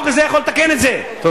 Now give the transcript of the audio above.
החוק הזה יכול לתקן את זה, תודה.